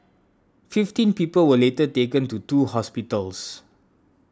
fifteen people were later taken to two hospitals